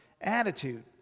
Attitude